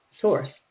source